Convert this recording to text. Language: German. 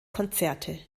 konzerte